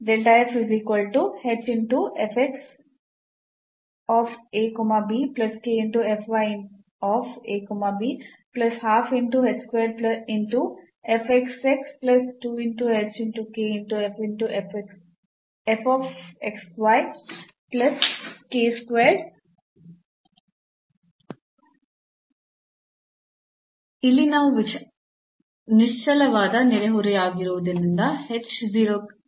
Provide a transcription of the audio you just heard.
ಆದ್ದರಿಂದ ನಾವು ಇದನ್ನು ಹೊಂದಿದ್ದೇವೆ ಇಲ್ಲಿ ನಾವು ನಿಶ್ಚಲವಾದ ನೆರೆಹೊರೆಯಾಗಿರುವುದರಿಂದ ಅನ್ನು ಬಿಡಲಾಗುತ್ತಿದೆ